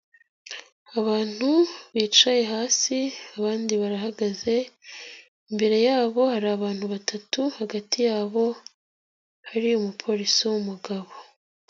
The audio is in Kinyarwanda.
Abantu bicaye hasi abandi barahagaze, imbere yabo hari abantu batatu, hagati yabo hari umupolisi w'umugabo.